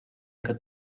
ega